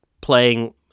playing